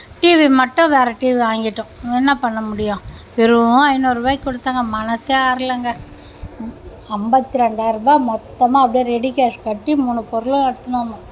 TV மட்டும் வேற TV வாங்கிவிட்டோம் என்ன பண்ண முடியும் வெறும் ஐநூறுவாய்க்கு கொடுத்தாங்க மனசே ஆற்லைங்க ஐம்பத்தி ரெண்டாயருபா மொத்தமாக அப்படே ரெடி கேஷ் கட்டி மூணு பொருளும் எட்த்துன்னு வந்தோம்